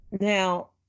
Now